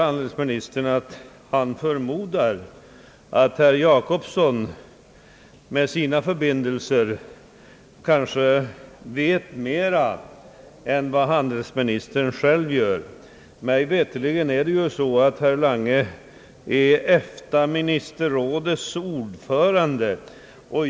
Handelsministern förmodar att herr Jacobsson med sina förbindelser kanske vet mer än vad handelsministern själv gör. Mig veterligen är statsrådet Lange EFTA-ministerrådets ordförande.